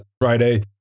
Friday